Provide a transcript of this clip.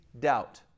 doubt